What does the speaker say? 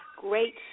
great